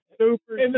super